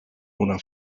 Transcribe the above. una